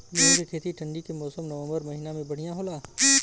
गेहूँ के खेती ठंण्डी के मौसम नवम्बर महीना में बढ़ियां होला?